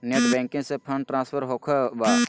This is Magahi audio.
नेट बैंकिंग से फंड ट्रांसफर होखें बा?